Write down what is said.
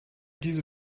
diese